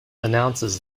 announces